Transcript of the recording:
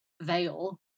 veil